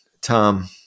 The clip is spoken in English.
Tom